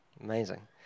Amazing